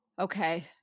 Okay